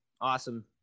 awesome